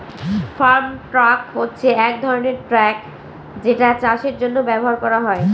farm truck হচ্ছে এক ধরনের ট্র্যাক যেটা চাষের জন্য ব্যবহার করা হয়